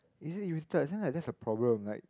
you see as in like that's a problem right